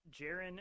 Jaron